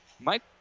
Mike